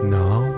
now